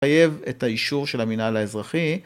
יחייב את האישור של המינהל האזרחי